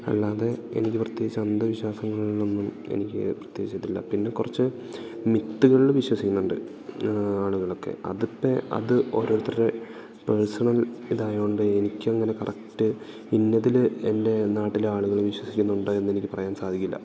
അല്ലാതെ എനിക്ക് പ്രത്യേകിച്ച് അന്ധവിശ്വാസങ്ങളിലൊന്നും എനിക്ക് പ്രത്യേകിച്ചിട്ടില്ല പിന്നെ കുറച്ച് മിത്തുകളിലും വിശ്വസിക്കുന്നുണ്ട് ആളുകളൊക്കെ അത്പ്പേ അത് ഓരോരുത്തരുടെ പേഴ്സണൽ ഇതായത് കൊണ്ട് എനിക്കങ്ങനെ കറക്റ്റ് ഇന്നതില് എൻ്റെ നാട്ടിലെ ആളുകൾ വിശ്വസിക്കുന്നുണ്ട് എന്നെനിക്ക് പറയാൻ സാധിക്കില്ല